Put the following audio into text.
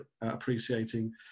appreciating